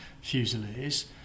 Fusiliers